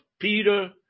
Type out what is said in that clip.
Peter